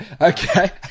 Okay